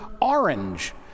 orange